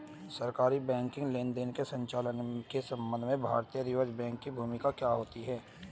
सरकारी बैंकिंग लेनदेनों के संचालन के संबंध में भारतीय रिज़र्व बैंक की भूमिका क्या होती है?